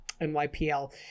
NYPL